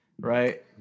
right